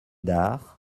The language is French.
dares